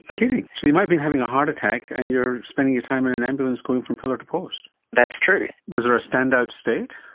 kidding! so you might have been having a heart attack and you're spending your time in an ambulance going from pillar to post? that's true. was there a standout state?